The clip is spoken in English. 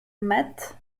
met